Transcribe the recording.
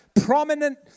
prominent